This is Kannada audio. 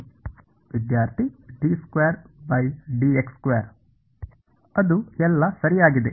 ವಿದ್ಯಾರ್ಥಿ ಅದು ಎಲ್ಲ ಸರಿಯಾಗಿದೆ